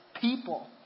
people